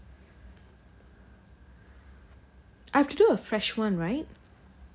I have to do a fresh one right